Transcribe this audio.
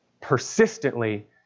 persistently